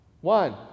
One